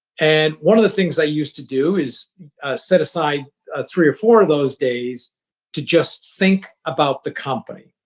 and one of the things i used to do is set aside three or four of those days to just think about the company.